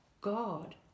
God